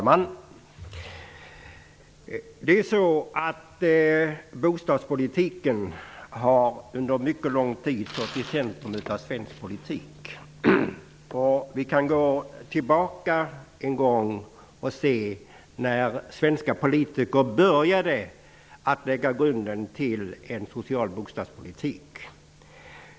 Herr talman! Bostadspolitiken har under mycket lång tid stått i centrum för svensk politik. Vi kan gå tillbaka i tiden och se när svenska politiker började lägga grunden till en social bostadspolitik.